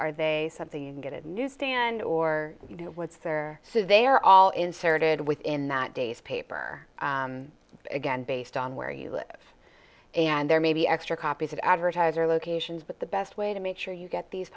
are they something good newsstand or you know what's fair so they are all inserted within that day's paper again based on where you live and there may be extra copies of advertiser locations but the best way to make sure you get these